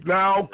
now